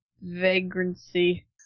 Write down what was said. vagrancy